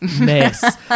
mess